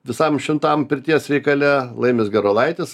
visam šitam pirties reikale laimis gerulaitis